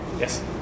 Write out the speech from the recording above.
Yes